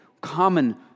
common